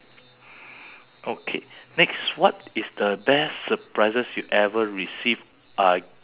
for why don't you start for this one